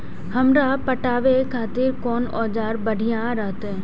हमरा पटावे खातिर कोन औजार बढ़िया रहते?